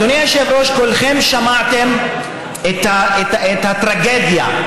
אדוני היושב-ראש, כולכם שמעתם על הטרגדיה,